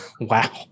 Wow